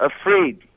afraid